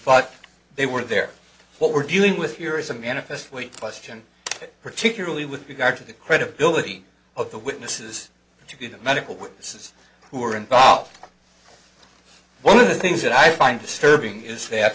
but they were there what we're dealing with your is a manifestly question particularly with regard to the credibility of the witnesses to the medical witnesses who are involved one of the things that i find disturbing is that